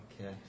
Okay